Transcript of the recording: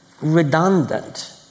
redundant